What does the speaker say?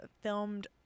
filmed